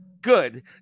Good